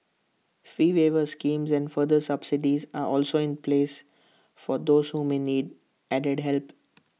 fee waiver schemes and further subsidies are also in place for those who may need added help